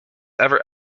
ever